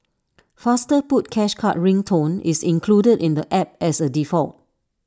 faster put cash card ring tone is included in the app as A default